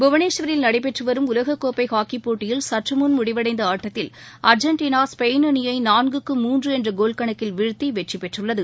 புவனேஸ்வரில் நடைபெற்றுவரும் உலககோப்பைஹாக்கிப் போட்டியில் சற்றுமுன் முடிவடைந்தஆட்டத்தில் அர்ஜெண்டினா ஸ்பெயின் அணியைநான்குக்கு மூன்றுஎன்றகோல் கணக்கில் வீழ்த்திவெற்றிபெற்றுள்ளது